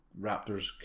Raptors